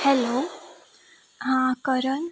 hello हां करन